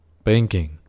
Banking